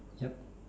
yup